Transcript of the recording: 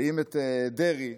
ואם דרעי,